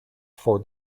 for